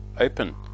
open